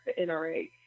NRA